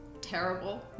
terrible